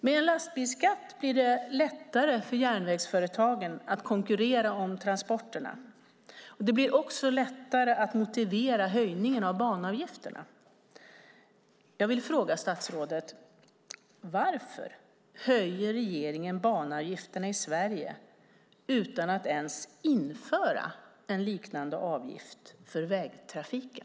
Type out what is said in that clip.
Med en lastbilsskatt blir det lättare för järnvägsföretagen att konkurrera om transporterna. Det blir också lättare att motivera höjningen av banavgifterna. Jag vill fråga statsrådet: Varför höjer regeringen banavgifterna i Sverige utan att införa en liknande avgift för vägtrafiken?